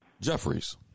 Jeffries